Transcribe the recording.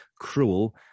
cruel